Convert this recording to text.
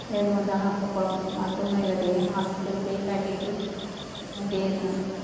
எது வந்தாலும் அப்போ அப்போ மருத்துவமனையில் போய் ஆஸ்பத்திரியில் போய் காட்டிகிட்டு அப்படியே இருக்கேன்